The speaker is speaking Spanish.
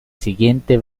siguiente